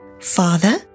Father